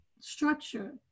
Structure